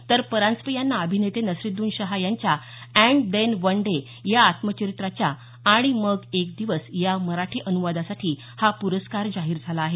तर परांजपे यांना अभिनेते नसीरूद्दीन शाह यांच्या अँड देन वन डे या आत्मचरित्राच्या आणि मग एक दिवस या मराठी अनुवादासाठी हा पुरस्कार जाहीर झाला आहे